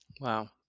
Wow